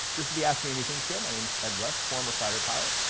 this is the ask me anything show, my name's ed rush, former fighter pilot.